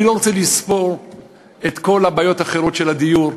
אני לא רוצה לספור את כל הבעיות האחרות של הדיור,